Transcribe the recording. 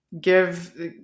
give